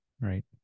right